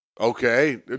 Okay